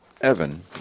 Evan